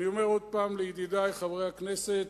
אני אומר עוד פעם לידידי חברי הכנסת,